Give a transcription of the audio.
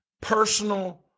personal